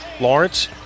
Lawrence